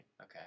Okay